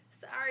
Sorry